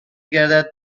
گردد